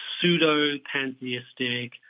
pseudo-pantheistic